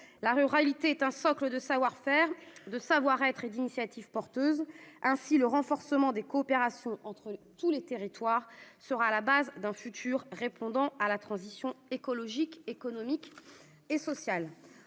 La ruralité est un socle de savoir-faire, de savoir-être et d'initiatives porteuses. Ainsi, le renforcement des coopérations entre tous les territoires sera le fondement d'un futur favorisant la transition écologique, économique et sociale.